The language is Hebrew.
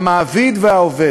המעביד והעובד.